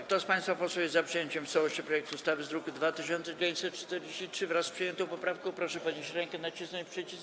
Kto z państwa posłów jest za przyjęciem w całości projektu ustawy z druku nr 2943, wraz z przyjętą poprawką, proszę podnieść rękę i nacisnąć przycisk.